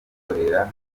bikorera